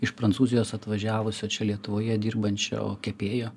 iš prancūzijos atvažiavusio čia lietuvoje dirbančio kepėjo